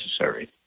necessary